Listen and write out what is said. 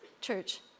church